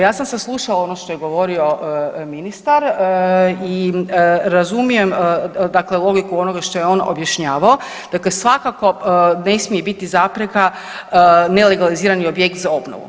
Ja sam saslušala ono što je govorio ministar i razumijem dakle logiku onoga što je on objašnjavao, dakle svakako ne smije biti zapreka nelegalizirani objekt za obnovu.